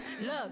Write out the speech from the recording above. Look